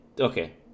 Okay